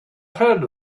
heard